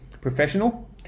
professional